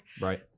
right